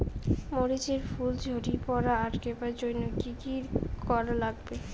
মরিচ এর ফুল ঝড়ি পড়া আটকাবার জইন্যে কি কি করা লাগবে?